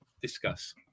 Discuss